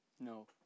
No